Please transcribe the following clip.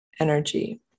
energy